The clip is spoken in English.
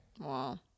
Wow